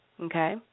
okay